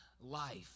life